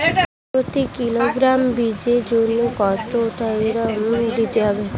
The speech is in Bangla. প্রতি কিলোগ্রাম বীজের জন্য কত থাইরাম দিতে হবে?